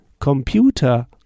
Computer